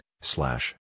slash